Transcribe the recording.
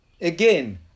again